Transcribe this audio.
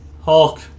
Hulk